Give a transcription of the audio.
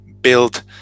build